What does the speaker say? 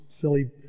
silly